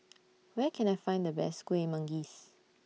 Where Can I Find The Best Kueh Manggis